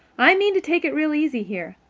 i mean to take it real easy here.